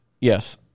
Yes